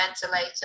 ventilator